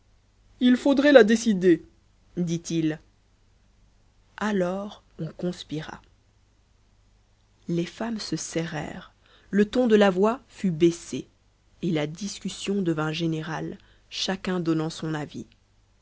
il faudrait la décider dit-il alors on conspira les femmes se serrèrent le ton de la voix fut baissé et la discussion devint générale chacun donnant son avis